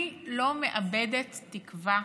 אני לא מאבדת תקווה